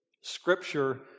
Scripture